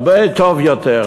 הרבה טוב יותר.